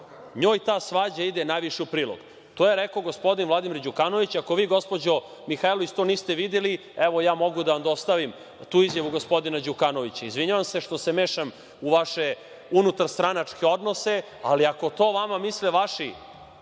njoj ta svađa ide najviše u prilog. To je rekao gospodin Vladimir Đukanović. Ako vi, gospođo Mihajlović, to niste videli, evo, ja mogu da vam dostavim tu izjavu gospodina Đukanovića. Izvinjavam se što se mešam u vaše unutarstranačke odnose, ali ako to o vama misle vaši